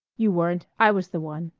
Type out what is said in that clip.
you weren't. i was the one.